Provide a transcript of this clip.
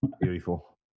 Beautiful